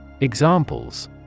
Examples